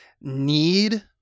need